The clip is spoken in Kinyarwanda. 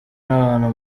n’abantu